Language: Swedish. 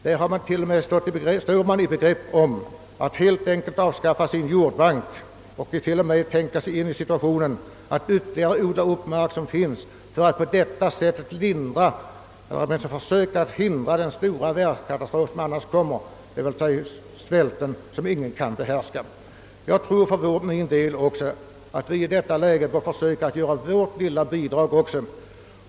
Där står man t.o.m. i begrepp att helt enkelt avskaffa sin jordbank och planerar även att odla upp ytterligare mark för att på det sättet söka hindra den stora världskatastrof som annars kommer att inträffa genom svälten. Vi bör i detta läge försöka ge vårt lilla bidrag.